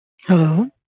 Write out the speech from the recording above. hello